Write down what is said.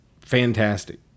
fantastic